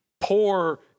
poor